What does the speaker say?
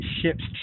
ship's